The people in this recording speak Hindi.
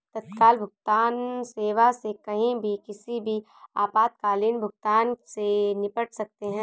तत्काल भुगतान सेवा से कहीं भी किसी भी आपातकालीन भुगतान से निपट सकते है